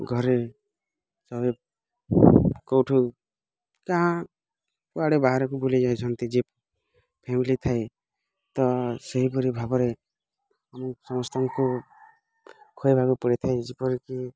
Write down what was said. ଘରେ ସଭି କେଉଁଠୁ କାଣା କୁଆଡ଼େ ବାହାରକୁ ବୁଲି ଯାଇଛନ୍ତି ଯେ ଫ୍ୟାମିଲି ଥାଏ ତ ସେହିପରି ଭାବରେ ମୁଁ ସମସ୍ତଙ୍କୁ ଖୁଇବାକୁ ପଡ଼ିଥାଏ ଯେପରିକି